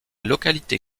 localité